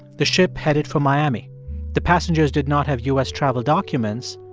the ship headed for miami the passengers did not have u s. travel documents,